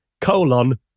colon